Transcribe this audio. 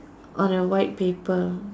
on a white paper